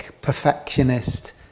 perfectionist